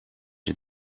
het